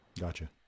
Gotcha